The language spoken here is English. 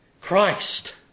Christ